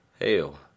Hell